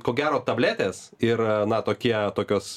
ko gero tabletės ir na tokie tokios